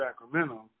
Sacramento